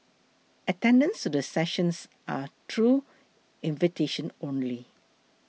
attendance to the sessions are through invitation only